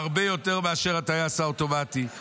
הרבה יותר מאשר הטייס האוטומטי.